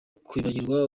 kwibagirwa